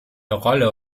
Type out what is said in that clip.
rolle